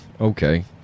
Okay